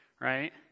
right